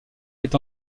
est